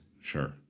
Sure